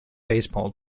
baseball